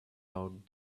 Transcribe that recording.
out